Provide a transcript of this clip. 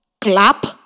clap